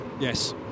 Yes